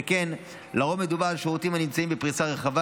שכן לרוב מדובר על שירותים שנמצאים בפריסה רחבה,